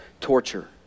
torture